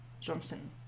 Johnson